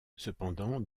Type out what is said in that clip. cependant